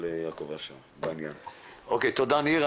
תודה ניר.